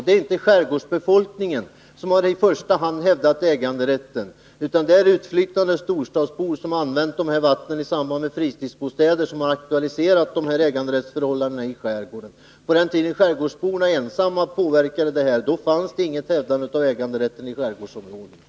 Det är inte skärgårdsbefolkningen som i första hand har hävdat äganderätten, utan det är utflyttade storstadsbor, som använt vattnen i samband med fritidsbostäder, som har aktualiserat dessa äganderättsförhållanden i skärgården. På den tiden skärgårdsborna ensamma påverkade förhållandena, då fanns det inget hävdande av äganderätten i skärgårdsområdena.